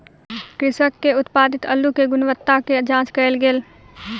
कृषक के उत्पादित अल्लु के गुणवत्ता के जांच कएल गेल